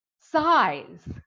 size